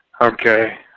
Okay